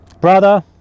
brother